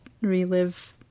relive